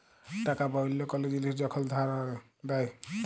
টাকা বা অল্য কল জিলিস যখল ধার দেয়